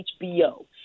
HBO